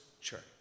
church